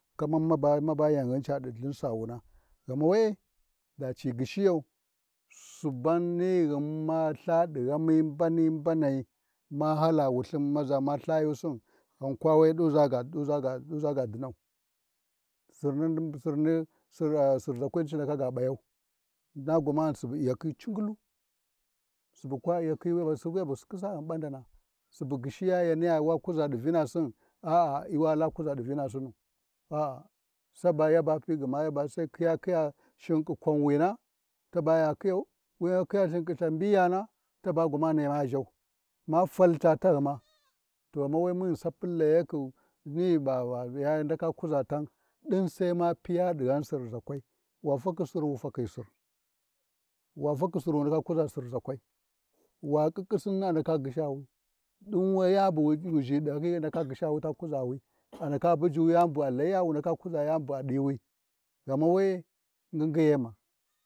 Kaman maba-maba yanghin ɗi Lthinasawuna, ghama we-e daci gyishiyau, Suban nighin ma Ltha ɗi ghani mabni-mbanai ma hala Wulthin maʒa ma Lthayusin ghan kwawe, ɗuʒaga ɗuʒaga dinau Sirni- Sirna-Sirʒakwini ci ndaka ga P’ayau, na gwamana subu Iyakhi, cingyulu, subu kwa iyakhi-iyakai yabu sapaghin ɓandana subu gyishiya yaniya wa kuʒa ɗivinasin a,a hyi wala kuʒa ɗi vinasinu, a'a saba yaba, gma sai iya khiya shiki kwanuina taba ya khiyau, wuyan ya khiya ta shinƙi mbiyana, taba gwamana ma ʒhau, ma fal ca taghima, to ghama we munghi sapi layakhi ni va-va- ya nda kuʒa tan, ɗin sai ma piya ɗighan Sirzakwai, wa fakhi Sir wu fakhi Sir wa fakhi Sir, wu ndaka kuʒa Sirzakwa wa ƙiƙƙi sinni andaka gyishawu, ɗin yani bu wuzhi ɗahyi, andaka gyishawu ta kuzauni, andaka buju yani bu a layiya, wu ndaka kuʒa yani bu a ɗiwi, ghama we-e ngyinyiyema.